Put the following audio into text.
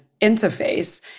interface